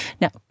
Now